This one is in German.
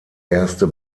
erste